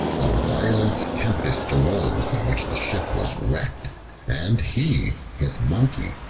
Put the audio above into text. a violent tempest arose in which the ship was wrecked and he, his monkey,